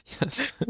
Yes